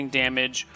damage